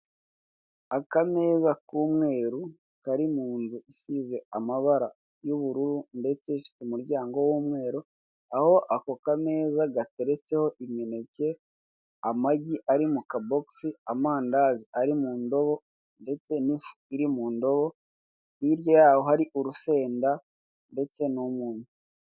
Akameza k'umweru kari mu nzu isize amabara y'ubururu ndetse ifite umuryango w'umweru, aho ako kameza gateretseho imineke, amagi ari mu kabogisi, amandazi ari mu ndobo ndetse n'ifu iri mu ndobo, hirya yaho hari urusenda ndetse n'umunyu.